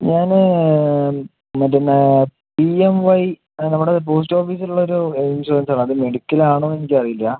ഞാന് മറ്റെ എന്നാ ഇ എം വൈ നമ്മടെ പോസ്റ്റ് ഓഫീസിൽ ഇള്ള ഒരു ഇൻഷുറൻസ് ആണ് അത് മെഡിക്കൽ ആണോ എനിക്ക് അറിയില്ല